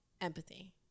empathy